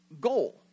goal